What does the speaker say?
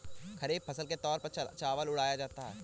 खरीफ फसल के तौर पर चावल उड़ाया जाता है